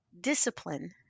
Discipline